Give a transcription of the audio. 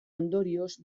ondorioz